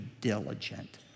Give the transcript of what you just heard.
diligent